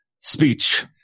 speech